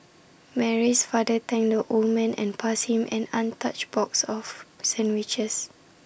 Mary's father thanked the old man and passed him an untouched box of sandwiches